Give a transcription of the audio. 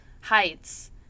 heights